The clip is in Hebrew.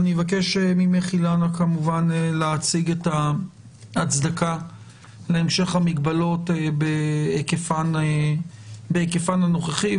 אני מבקש מאילנה להציג את ההצדקה להמשך המגבלות בהיקפן הנוכחי,